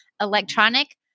electronic